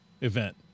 event